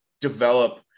develop